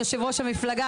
יושב-ראש המפלגה,